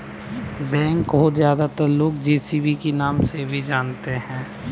backhoe को ज्यादातर लोग जे.सी.बी के नाम से भी जानते हैं